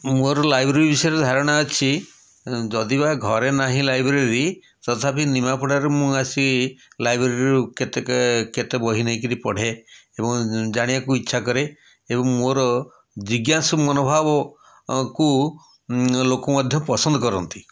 ମୋର ଲାଇବ୍ରେରୀ ବିଷୟରେ ଧାରଣା ଅଛି ଯଦିବା ଘରେ ନାହିଁ ଲାଇବ୍ରେରୀ ତଥାପି ନିମାପଡ଼ାରେ ମୁଁ ଆସି ଲାଇବ୍ରେରୀରୁ କେତେକ କେତେ ବହି ନେଇକି ପଢ଼େ ଏବଂ ଜାଣିବାକୁ ଇଚ୍ଛାକରେ ଏବଂ ମୋର ଜିଜ୍ଞାସୁ ମନୋଭାବ କୁ ଲୋକ ମଧ୍ୟ ପସନ୍ଦ କରନ୍ତି